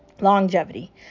Longevity